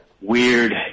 weird